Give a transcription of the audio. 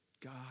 God